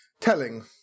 Telling